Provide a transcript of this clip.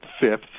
fifth